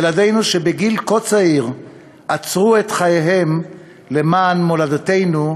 ילדינו שבגיל כה צעיר עצרו את חייהם למען מולדתנו,